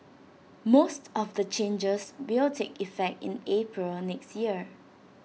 most of the changes will take effect in April next year